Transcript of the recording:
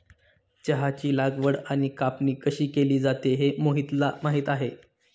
चहाची लागवड आणि कापणी कशी केली जाते हे मोहितला माहित आहे